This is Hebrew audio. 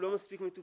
לא מספיק מטופל.